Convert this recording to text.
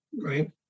right